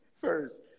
first